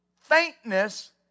faintness